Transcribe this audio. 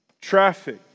traffic